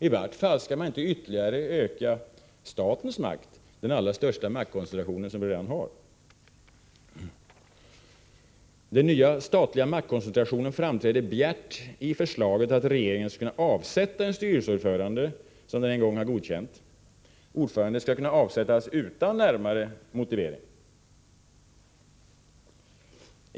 I vart fall skall man inte ytterligare öka statens makt — den allra största maktkoncentration som vi redan har. Den nya statliga maktkoncentrationen framträder bjärt i förslaget att regeringen skall kunna avsätta en styrelseordförande som den en gång har godkänt. Ordföranden skall kunna avsättas utan närmare motivering.